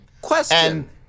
Question